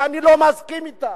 שאני לא מסכים אתה,